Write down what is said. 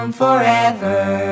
forever